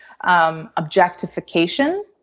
objectification